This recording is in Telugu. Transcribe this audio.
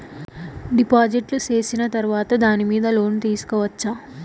డిపాజిట్లు సేసిన తర్వాత దాని మీద లోను తీసుకోవచ్చా?